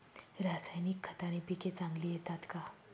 रासायनिक खताने पिके चांगली येतात का?